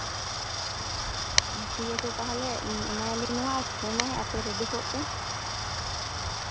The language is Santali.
ᱴᱷᱤᱠ ᱟᱪᱪᱷᱮ ᱛᱟᱦᱚᱞᱮ ᱮᱢᱟᱭᱟᱞᱤᱧ ᱱᱚᱣᱟ ᱯᱳᱱ ᱟᱭ ᱟᱯᱮ ᱨᱮᱰᱤ ᱠᱚᱜ ᱯᱮ